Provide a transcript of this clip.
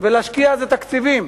ולהשקיע זה תקציבים,